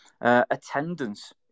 attendance